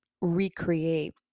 recreate